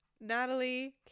Natalie